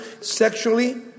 sexually